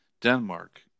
Denmark